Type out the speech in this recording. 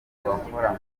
abakora